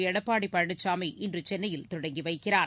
எடப்பாடி பழனிசாமி இன்று சென்னையில் தொடங்கி வைக்கிறார்